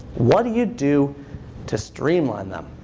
what do you do to streamline them?